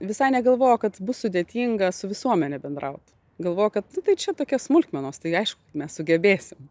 visai negalvojo kad bus sudėtinga su visuomene bendraut galvojo kad nu tai čia tokia smulkmenos tai aišku kad mes sugebėsim